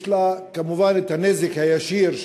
יש כמובן הנזק הישיר,